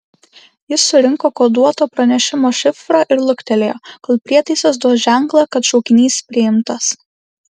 jis surinko koduoto pranešimo šifrą ir luktelėjo kol prietaisas duos ženklą kad šaukinys priimtas